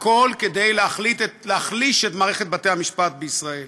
הכול כדי להחליש את מערכת בתי-המשפט בישראל.